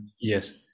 Yes